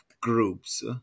groups